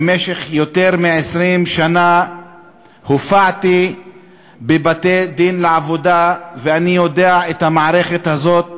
במשך יותר מ-20 שנה הופעתי בבתי-דין לעבודה ואני מכיר את המערכת הזאת